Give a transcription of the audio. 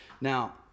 Now